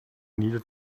needed